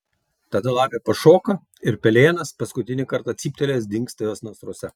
tada lapė pašoka ir pelėnas paskutinį kartą cyptelėjęs dingsta jos nasruose